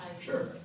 Sure